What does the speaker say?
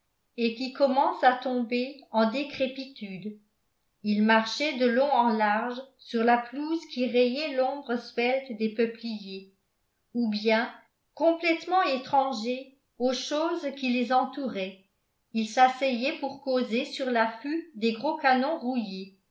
et qui commencent à tomber en décrépitude ils marchaient de long en large sur la pelouse que rayait l'ombre svelte des peupliers ou bien complètement étrangers aux choses qui les entouraient ils s'asseyaient pour causer sur l'affût des gros canons rouillés